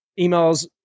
emails